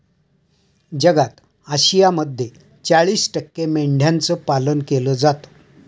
जगात आशियामध्ये चाळीस टक्के मेंढ्यांचं पालन केलं जातं